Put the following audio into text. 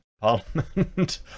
Parliament